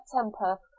temper